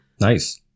Nice